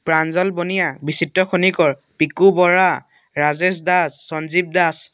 Pranjal Baniya Bichitra Khanikar Piku Bora Rajesh Das Sanjeev Das